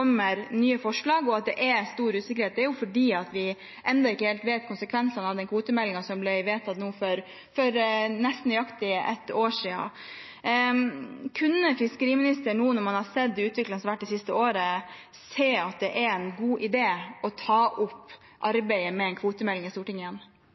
nye forslag, og at det er stor usikkerhet, og det er at vi ennå ikke helt vet konsekvensene av den kvotemeldingen som ble vedtatt for nesten nøyaktig et år siden. Kan fiskeriministeren, nå når man har sett den utviklingen som har vært det siste året, se at det er en god idé å ta opp